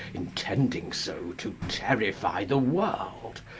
intending so to terrify the world,